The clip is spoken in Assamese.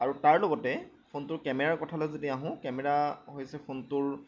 আৰু তাৰ লগতে ফোনটোৰ কেমেৰাৰ কথালৈ যদি আহোঁ কেমেৰা হৈছে ফোনটোৰ